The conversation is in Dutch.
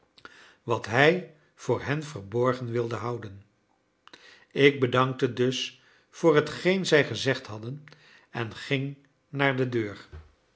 wat hij voor hen verborgen wilde houden ik bedankte dus voor hetgeen zij gezegd hadden en ging naar de deur